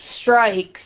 strikes